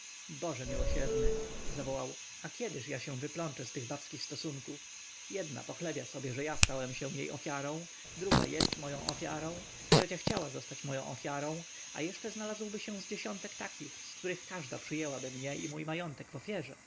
boże miłosierny zawołał a kiedyż ja się wyplączę z tych babskich stosunków jedna pochlebia sobie że ja stałem się jej ofiarą druga jest moją ofiarą trzecia chciała zostać moją ofiarą a jeszcze znalazłby się z dziesiątek takich z których każda przyjęłaby mnie i mój majątek